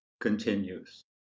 Continues